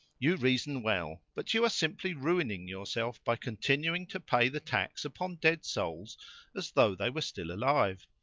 you reason well, but you are simply ruining yourself by continuing to pay the tax upon dead souls as though they were still alive.